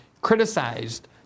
criticized